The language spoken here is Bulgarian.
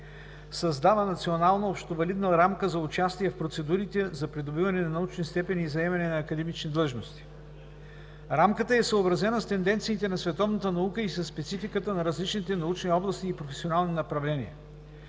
създават национална общовалидна рамка за участие в процедурите за придобиване на научни степени и заемане на академични длъжности. Рамката е съобразена с тенденциите на световната наука и със спецификата на различните научни области и професионални направления.